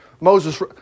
Moses